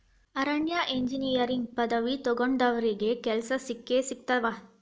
ಅರಣ್ಯ ಇಂಜಿನಿಯರಿಂಗ್ ಪದವಿ ತೊಗೊಂಡಾವ್ರಿಗೆ ಕೆಲ್ಸಾ ಸಿಕ್ಕಸಿಗತಾವ